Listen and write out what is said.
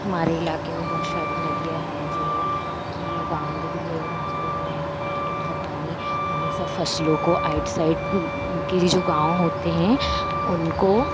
हमारे इलाक़े में बहुत सारी नदियाँ हैं जो कि बाँध भी है माचागोरा डैम है इनका पानी हमेशा फसलों को आइट साइड उनके भी जो गाँव होते हैं उनको